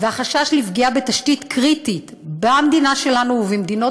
והחשש לפגיעה בתשתית קריטית במדינה שלנו ובמדינות